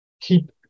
keep